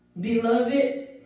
Beloved